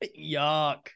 Yuck